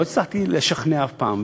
לא הצלחתי לשכנע אף פעם.